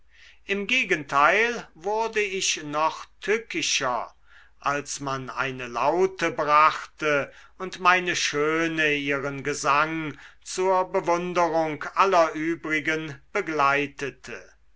im gegenteil wurde ich nur noch tückischer als man eine laute brachte und meine schöne ihren gesang zur bewunderung aller übrigen begleitete